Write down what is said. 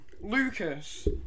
Lucas